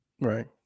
right